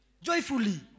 Joyfully